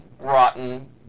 rotten